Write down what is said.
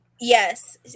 Yes